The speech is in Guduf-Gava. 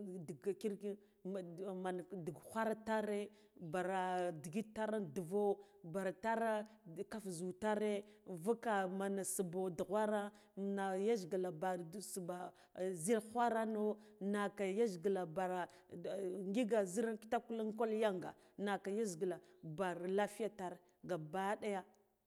ndik digkiki man ghwara tare mbara digit tare nduvo bar tara kaf zhu tare tare invuka bar tara kaf zhu tare invuka mann subo dughwara na yajgila birdu subha zhil ghwara no naka yajgila bara ngik zhir kitukul kwa yanga naka yajgila bar lafiya tar gaba daya.